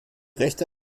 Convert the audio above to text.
rechte